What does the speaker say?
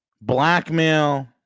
blackmail